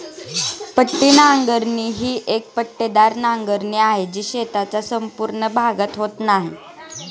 पट्टी नांगरणी ही एक पट्टेदार नांगरणी आहे, जी शेताचा संपूर्ण भागात होत नाही